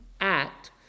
act